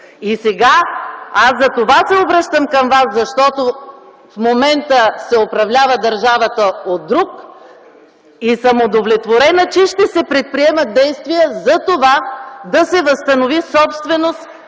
И сега, аз затова се обръщам към Вас, защото в момента държавата се управлява от друг и съм удовлетворена, че ще се предприемат действия за това да се възстанови собственост,